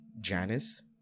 Janice